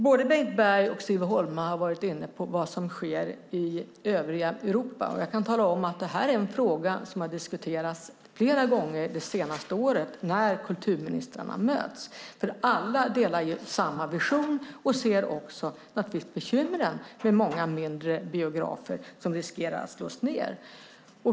Både Bengt Berg och Siv Holma har varit inne på vad som sker i övriga Europa, och jag kan tala om att detta är en fråga som har diskuterats flera gånger det senaste året när kulturministrarna möts. Alla delar nämligen samma vision och ser naturligtvis också bekymren med många mindre biografer som riskerar att slås ned.